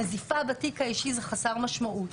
נזיפה בתיק האישי זה חסר משמעות.